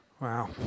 Wow